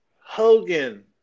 Hogan